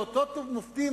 באותות ובמופתים,